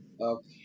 Okay